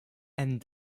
and